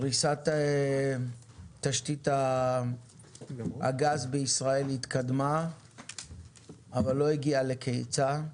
פריסת תשתית הגז בישראל התקדמה אבל לא הגיעה לקיצה.